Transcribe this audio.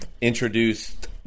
introduced